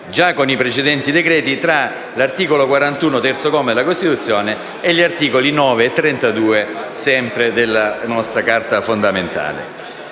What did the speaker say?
già con i precedenti decreti, tra l'articolo 41, terzo comma, della Costituzione e gli articoli 9 e 32 sempre della nostra Carta fondamentale.